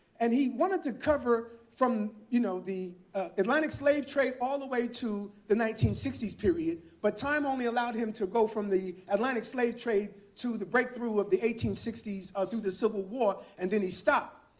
and he wanted to cover from you know the atlantic slave trade all the way to the nineteen sixty s period, but time only allowed him to go from the atlantic slave trade to the breakthrough of the eighteen sixty s ah through the civil war, and then he stopped.